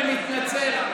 אני מתנצל.